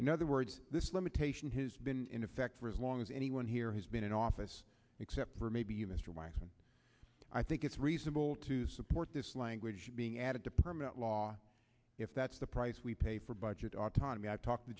in other words this limitation has been in effect for as long as anyone here has been in office except for maybe mr weissman i think it's reasonable to support this language being added to permanent law if that's the price we pay for budget autonomy i've talked to a